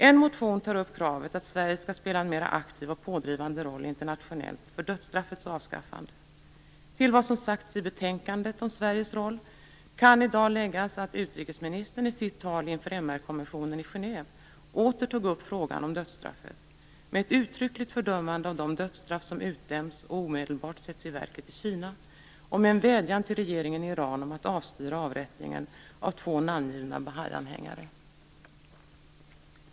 En motion tar upp kravet att Sverige skall spela en mera aktiv och pådrivande roll internationellt för dödsstraffets avskaffande. Till vad som sagts i betänkandet om Sveriges roll kan i dag läggas att utrikesministern i sitt tal inför MR-kommissionen i Genève åter tog upp frågan om dödsstraffet med ett uttryckligt fördömande av de dödsstraff som utdöms och omedelbart sätts i verket i Kina och med en vädjan till regeringen i Iran om att avstyra avrättningen av två namngivna Bahaianhängare.